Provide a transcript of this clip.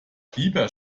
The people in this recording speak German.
lieber